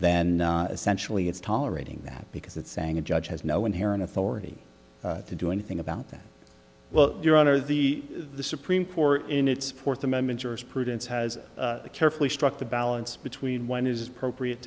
then sensually it's tolerating that because it's saying a judge has no inherent authority to do anything about that well your honor the supreme court in its fourth amendment jurisprudence has carefully struck the balance between when is appropriate